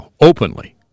openly